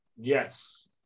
Yes